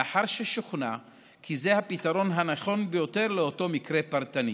לאחר ששוכנע כי זה הפתרון הנכון ביותר לאותו מקרה פרטני.